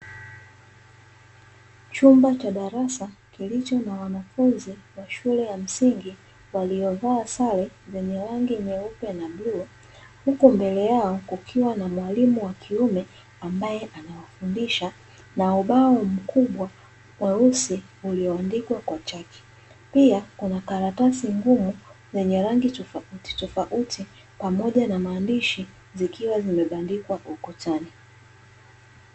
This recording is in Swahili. Chumba cha darasa kilicho na wanafunzi wa shule ya msingi, waliovaa sare zenye rangi nyeupe na bluu, huku mbele yao kukiwa na mwalimu wa kiume ambae anawafundisha na ubao mkubwa mweusi ulioandikwa kwa chaki, pia kuna karatasi ngumu zenye rangi tofauti tofauti pamoja na maandishi zikiwa zimebandikwa ukutani.